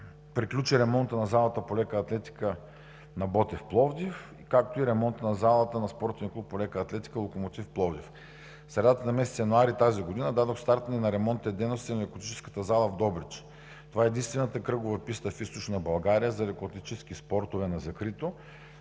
Приключи ремонтът на залата по лека атлетика на „Ботев“ – Пловдив, както и ремонтът на залата на Спортен клуб по лека атлетика „Локомотив“ – Пловдив. В средата на месец януари тази година дадох старт и на ремонтните дейности на лекоатлетическата зала в Добрич. Това е единствената кръгова писта в Източна България за лекоатлетически спортове на закрито